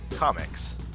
Comics